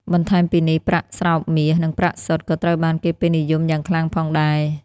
បន្ថែមពីនេះ ប្រាក់ស្រោបមាស និងប្រាក់សុទ្ធ ក៏ត្រូវបានគេពេញនិយមយ៉ាងខ្លាំងផងដែរ។